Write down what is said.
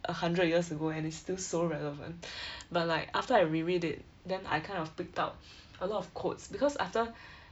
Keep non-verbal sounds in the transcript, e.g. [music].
a hundred years ago and it's still so relevant [breath] but like after I re-read it then I kind of picked out [breath] a lot of codes because after [breath]